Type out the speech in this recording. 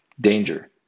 Danger